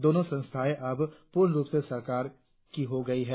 दोनों संस्थाएं अब पूर्ण रुप से सरकार की हो गई हैं